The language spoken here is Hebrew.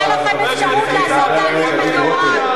היתה לכם אפשרות לעשות תהליך מדורג.